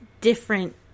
different